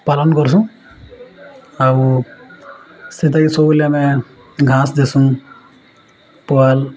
ପାଲନ କରସୁଁ ଆଉ ସେତେକି ସବୁବେଲେ ଆମେ ଘାସ ଦେଶୁଁ ପୁଅ